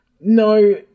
No